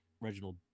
Reginald